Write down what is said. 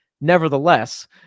nevertheless